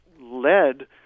led